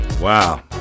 Wow